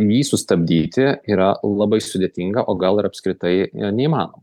jį sustabdyti yra labai sudėtinga o gal ir apskritai yra neįmanoma